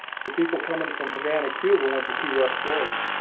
so people come in from havana, cuba went to key west, florida.